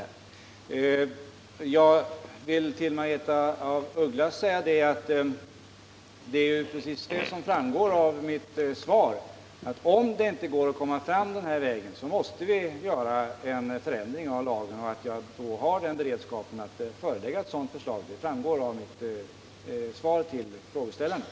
Jag vill till Margaretha af Ugglas säga att det hon efterlyste är exakt det som framgår av mitt svar, nämligen att vi, om det inte går att komma fram den här vägen, måste förändra lagen. Att jag då har den beredskapen att jag kan förelägga riksdagen ett sådant förslag framgår av svaret till frågeställarna.